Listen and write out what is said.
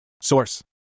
source